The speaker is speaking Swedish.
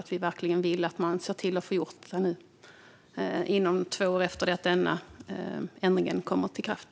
Vi vill verkligen att man ska se till att få det gjort inom två år efter det att denna ändring trätt i kraft.